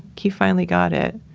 he finally got it.